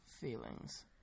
feelings